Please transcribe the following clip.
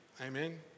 Amen